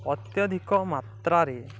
ଅତ୍ୟଧିକ ମାତ୍ରାରେ